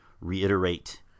reiterate